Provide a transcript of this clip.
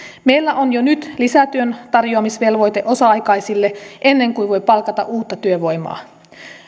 meillä on jo nyt lisätyön tarjoamisvelvoite osa aikaisille ennen kuin voi palkata uutta työvoimaa